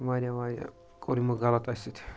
واریاہ واریاہ کوٚر یِمو غَلَط اَسہِ سۭتۍ